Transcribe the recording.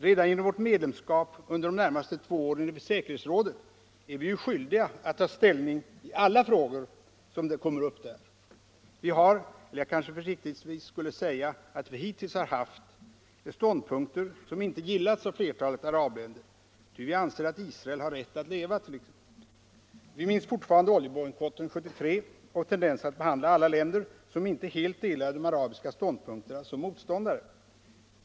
Redan genom vårt medlemskap under de närmaste två åren i säkerhetsrådet är vi skyldiga att ta ställning i alla frågor som kommer upp där. Vi har — eller jag kanske försiktigtvis skulle säga att vi hittills har haft —- ståndpunkter som inte gillats av flertalet arabländer, ty vi anser att Israel har rätt att leva. Vi minns fortfarande oljebojkotten 1973 och tendensen att behandla alla länder som inte helt delade de arabiska ståndpunkterna som motståndare.